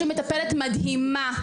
יש לי מטפלת מדהימה,